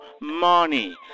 money